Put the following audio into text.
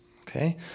Okay